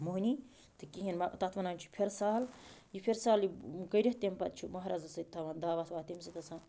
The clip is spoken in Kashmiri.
مہٕنی تہِ کِہیٖنۍ تَتھ وَنان چھِ فِرٕ سال یہِ فِرٕ سال کٔرِتھ تٔمۍ پتہٕ چھِ مہرازَس سۭتۍ تھاوان دعوت ووت تٔمۍ سۭتۍ آسان